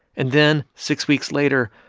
and then, six weeks later,